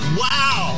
wow